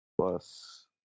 plus